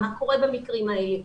מה קורה במקרים האלה.